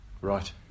Right